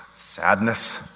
Sadness